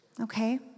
okay